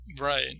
Right